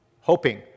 hoping